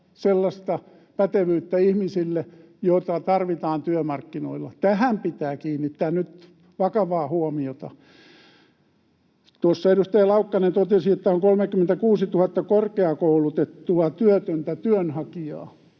sellaista pätevyyttä, jota tarvitaan työmarkkinoilla. Tähän pitää kiinnittää nyt vakavaa huomiota. Tuossa edustaja Laukkanen totesi, että on 36 000 korkeakoulutettua työtöntä työnhakijaa.